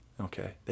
Okay